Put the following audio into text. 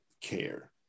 care